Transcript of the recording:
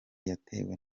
yatewe